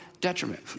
detriment